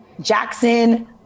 Jackson